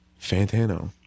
Fantano